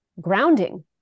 grounding